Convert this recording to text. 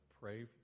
pray